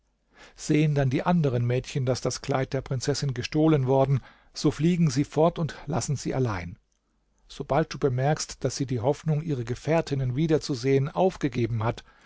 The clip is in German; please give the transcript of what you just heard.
sehen dann die anderen mädchen daß das kleid der prinzessin gestohlen worden so fliegen sie fort und lassen sie allein sobald du bemerkst daß sie die hoffnung ihre gefährtinnen wiederzusehen aufgegeben hat